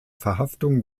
verhaftung